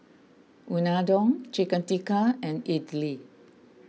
Unadon Chicken Tikka and Idili